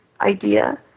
idea